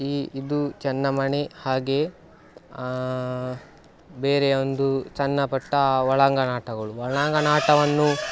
ಈ ಇದು ಚೆನ್ನೆಮಣೆ ಹಾಗೆಯೇ ಬೇರೆಯೊಂದು ಸಣ್ಣ ಪುಟ್ಟ ಒಳಾಂಗಣ ಆಟಗಳು ಒಳಾಂಗಣ ಆಟವನ್ನು